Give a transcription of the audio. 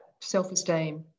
self-esteem